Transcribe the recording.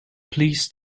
please